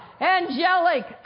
angelic